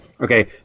Okay